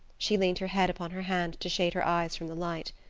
she leaned her head upon her hand to shade her eyes from the light.